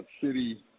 city